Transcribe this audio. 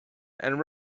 and